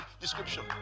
description